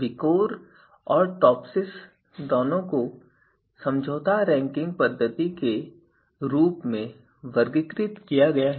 विकोर और टॉपसिस दोनों को समझौता रैंकिंग पद्धति के रूप में वर्गीकृत किया गया है